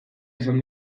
esan